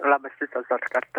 labas rytas dar kartą